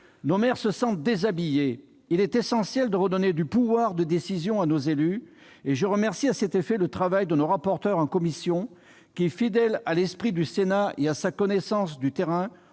Nos maires se sentent déshabillés. Il est essentiel de redonner du pouvoir de décision à nos élus. Je salue à cet égard le travail de nos rapporteurs. Fidèle à l'esprit du Sénat et à sa connaissance du terrain,